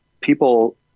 people